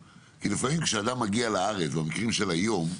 כשאדם מגיע לארץ, במקרים של היום,